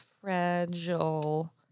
fragile